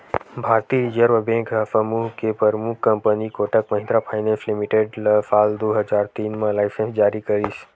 भारतीय reserve bank ह समूह के परमुख company Kotak Mahindra finance limited ल साल दू हजार तीन म लाइनेंस जारी करिस